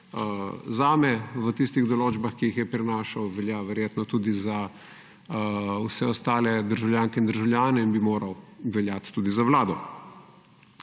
zame, v tistih določbah, ki jih je prinašal, velja verjetno tudi za vse ostale državljanke in državljane in bi moral veljat tudi za Vlado.